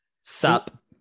Sup